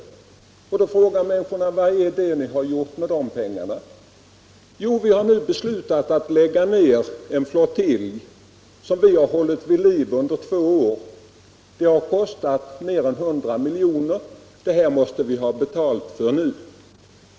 Människorna frågar då naturligtvis vad man åstadkommit med dessa pengar. Svaret blir, att vi nu beslutat att lägga ner en flottilj som vi hållit vid liv under två år. Detta har kostat mer än 100 milj.kr., och det måste vi nu betala för.